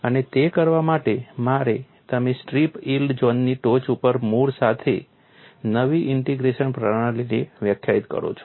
અને તે કરવા માટે તમે સ્ટ્રીપ યીલ્ડ ઝોનની ટોચ ઉપર મૂળ સાથે નવી ઇંટીગ્રેશન પ્રણાલીને વ્યાખ્યાયિત કરો છો